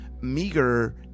meager